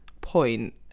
point